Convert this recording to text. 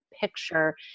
picture